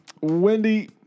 Wendy